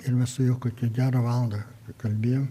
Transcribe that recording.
ir mes su juo kokią gerą valandą prakalbėjom